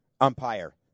umpire